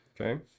Okay